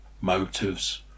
motives